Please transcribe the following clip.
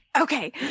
Okay